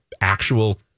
actual